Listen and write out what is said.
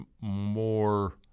more